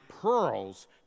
pearls